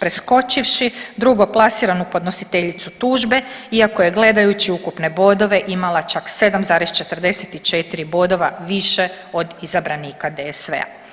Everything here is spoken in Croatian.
preskočivši drugoplasiranu podnositeljicu tužbe iako je gledajući ukupne bodove imala čak 7,44 bodova više od izabranika DSV-a.